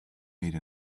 made